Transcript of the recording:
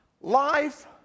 Life